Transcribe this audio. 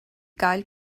gael